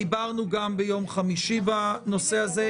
דיברנו גם ביום חמישי בנושא הזה.